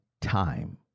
time